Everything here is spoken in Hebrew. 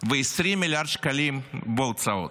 ו-20 מיליארד שקלים בהוצאות.